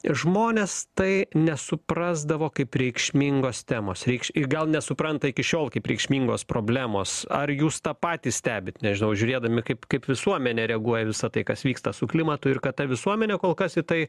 ir žmonės tai nesuprasdavo kaip reikšmingos temos reikš gal nesupranta iki šiol kaip reikšmingos problemos ar jūs tą patį stebit nežinau žiūrėdami kaip kaip visuomenė reaguoja į visa tai kas vyksta su klimatu ir kad ta visuomenė kol kas į tai